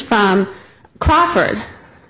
from crawford